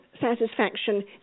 satisfaction